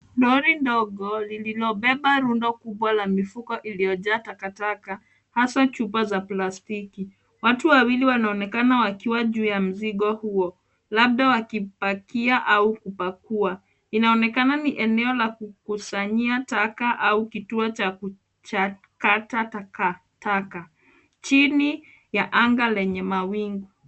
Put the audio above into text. Lori ndogo lililobeba rundo kubwa la mifuko iliyojaa takataka hasa chupa za plastiki. Watu wawili wanaonekana wakiwa juu ya mzigo huo, labda wakipakia au kupakua. Inaonekana ni eneo la kukusanyia taka au kituo cha kuchakata takataka, chini ya anga lenye mawingu.